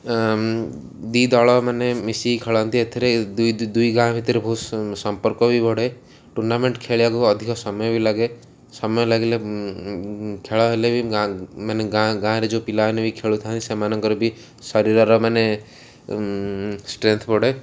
ଦୁଇ ଦଳ ମାନେ ମିଶିକି ଖେଳନ୍ତି ଏଥିରେ ଦୁଇ ଦୁଇ ଗାଁ ଭିତରେ ବହୁତ ସମ୍ପର୍କ ବି ବଢ଼େ ଟୁର୍ଣ୍ଣାମେଣ୍ଟ୍ ଖେଳିବାକୁ ଅଧିକ ସମୟ ବି ଲାଗେ ସମୟ ଲାଗିଲେ ଖେଳ ହେଲେ ବି ଗାଁ ମାନେ ଗାଁ ଗାଁ'ରେ ଯୋଉ ପିଲାମାନେ ବି ଖେଳୁଥାନ୍ତି ସେମାନଙ୍କର ବି ଶରୀରର ମାନେ ଷ୍ଟ୍ରେନ୍ଥ୍ ବଢ଼େ